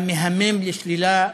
והמהמם, לשלילה,